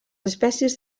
espècies